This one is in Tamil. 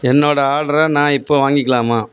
என்னோட ஆர்டரை நான் இப்போது வாங்கிக்கலாமா